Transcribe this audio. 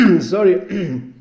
sorry